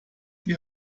die